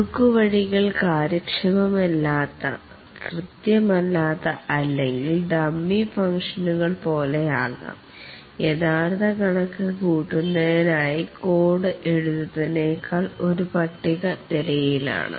കുറുക്കുവഴികൾ കാര്യക്ഷമമല്ലാത്ത കൃത്യമല്ലാത്ത അല്ലെങ്കിൽ ഡമ്മി ഫംഗ്ഷനുകൾ പോലെ ആകാം യഥാർത്ഥ കണക്ക് കൂട്ടിനായി കോഡ് എഴുതുന്നതിനേക്കാൾ ഒരു പട്ടിക തിരയലാണ്